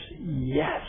yes